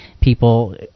people